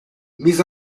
mis